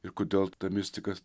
ir kodėl mistikas